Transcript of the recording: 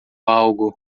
algo